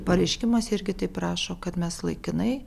pareiškimas irgi taip rašo kad mes laikinai